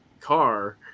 car